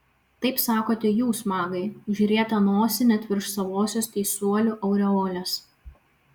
taip sakote jūs magai užrietę nosį net virš savosios teisuolių aureolės